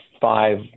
five